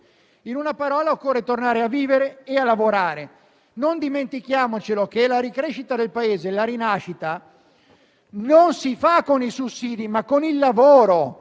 In una parola, occorre tornare a vivere e a lavorare. Non dimentichiamoci che la nuova crescita del Paese e la rinascita non si fanno con i sussidi, ma con il lavoro